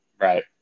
Right